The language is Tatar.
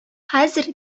хәзер